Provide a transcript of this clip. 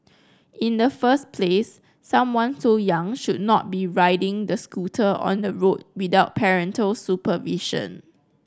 in the first place someone so young should not be riding the scooter on the road without parental supervision